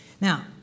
Now